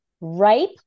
Ripe